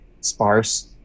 sparse